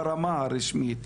ברמה הרשמית,